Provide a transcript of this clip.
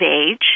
age